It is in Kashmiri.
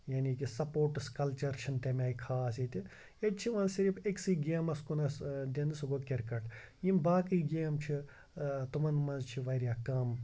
یعنی کہِ سَپوٹٕس کَلچَر چھِنہٕ تمہِ آیہِ خاص ییٚتہِ ییٚتہِ چھِ ون صرف أکسٕے گیمَس کُنَس دِنہٕ سُہ گوٚو کِرکَٹ یِم باقٕے گیم چھِ تمَن منٛز چھِ واریاہ کَم